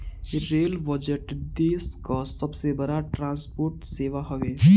rail budget देस कअ सबसे बड़ ट्रांसपोर्ट सेवा हवे